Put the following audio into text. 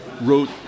wrote